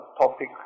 topic